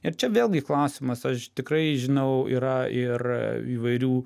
ir čia vėlgi klausimas aš tikrai žinau yra ir įvairių